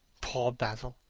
poor basil!